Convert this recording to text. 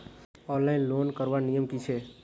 Online loan करवार नियम की छे?